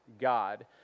God